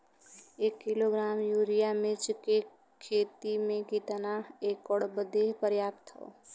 एक kilogram urea मिर्च क खेती में कितना एकड़ बदे पर्याप्त ह?